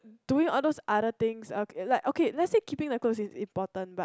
doing all those other things okay like okay let say keeping the clothes is important but